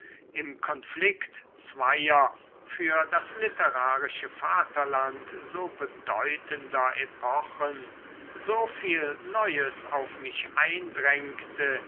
im konflikt zweier für das literarische vaterland so bedeutender epochen so viel neues auf mich eindrängte